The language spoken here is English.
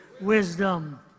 Wisdom